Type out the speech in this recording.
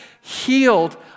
healed